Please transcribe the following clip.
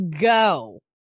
go